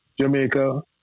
Jamaica